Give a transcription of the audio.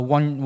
One